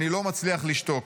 אני לא מצליח לשתוק.